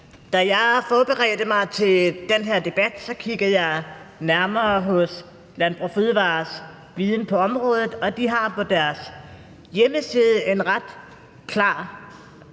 Da jeg forberedte mig til den her debat, kiggede jeg nærmere på Landbrug & Fødevarers viden på området, og de har på deres hjemmeside et ret klart